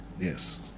Yes